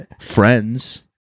friends